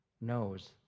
knows